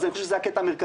אני חושב שזה הקטע המרכזי,